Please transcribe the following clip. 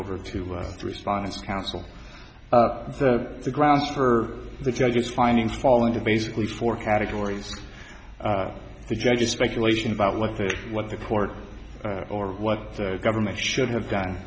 over to the response council the grounds for the judge's findings fall into basically four categories the judges speculation about what the what the court or what the government should have done